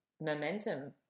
Momentum